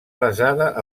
basada